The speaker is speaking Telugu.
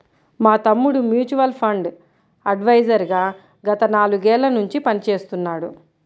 మా తమ్ముడు మ్యూచువల్ ఫండ్ అడ్వైజర్ గా గత నాలుగేళ్ళ నుంచి పనిచేస్తున్నాడు